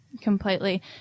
Completely